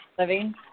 living